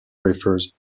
prefers